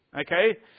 okay